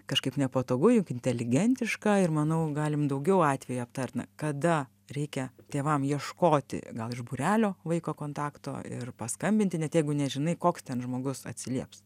kažkaip nepatogu juk inteligentiška ir manau galim daugiau atvejų aptart na kada reikia tėvam ieškoti gal iš būrelio vaiko kontakto ir paskambinti net jeigu nežinai koks ten žmogus atsilieps